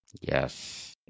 Yes